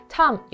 Tom